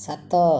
ସାତ